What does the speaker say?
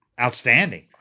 outstanding